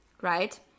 right